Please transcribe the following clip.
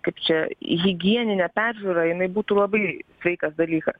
kaip čia higieninė peržiūra jinai būtų labai sveikas dalykas